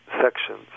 sections